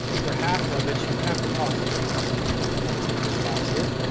for half of i bet you, half the cost of what this gentleman, or whoever made this box here,